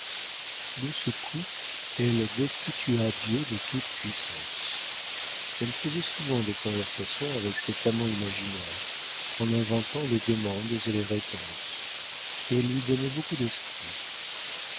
de ce coup elle destitua dieu de toute puissance elle faisait souvent des conversations avec cet amant imaginaire en inventant les demandes et les réponses et elle lui donnait beaucoup d'esprit